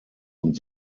und